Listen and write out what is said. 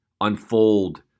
unfold